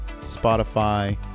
Spotify